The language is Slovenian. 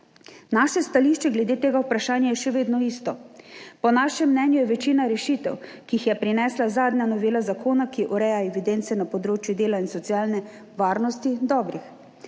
Naše stališče glede tega vprašanja je še vedno isto. Po našem mnenju je večina rešitev, ki jih je prinesla zadnja novela zakona, ki ureja evidence na področju dela in socialne varnosti, dobrih.